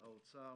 משרד האוצר,